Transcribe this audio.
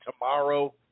tomorrow